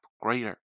greater